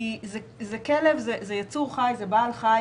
כי כלב זה יצור חי ובעל חי